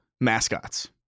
mascots